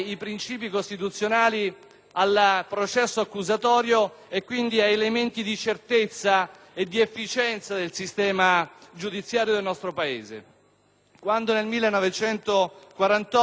al processo accusatorio e, quindi, ad elementi di certezza e di efficienza del sistema giudiziario del nostro Paese. Quando, nel 1948, fu costruito